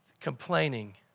complaining